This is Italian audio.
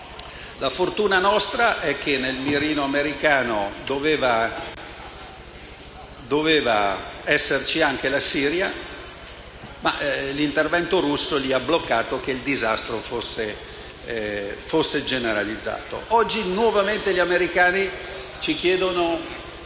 La nostra fortuna è che nel mirino americano doveva esserci anche la Siria ma l'intervento russo ha evitato che il disastro fosse generalizzato. Oggi gli americani ci chiedono